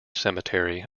cemetery